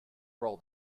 roll